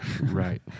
Right